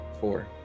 four